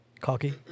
Cocky